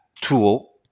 tool